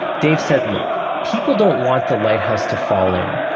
dave said, look, people don't want the lighthouse to fall in.